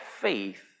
faith